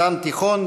דן תיכון,